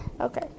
Okay